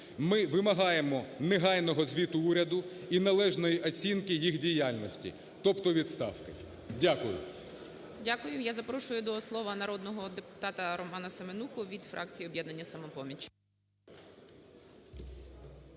Ми вимагаємо негайного звіту уряду і належної оцінки їх діяльності, тобто відставки. Дякую. ГОЛОВУЮЧИЙ. Дякую. Я запрошую до слова народного депутата Романа Семенуху від фракції "Об'єднання "Самопоміч".